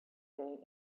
day